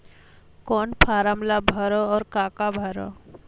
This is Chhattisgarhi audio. कौन फारम ला भरो और काका भरो?